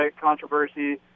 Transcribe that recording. controversy